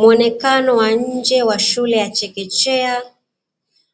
Muonekano wa nje wa shule ya chekechea,